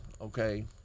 Okay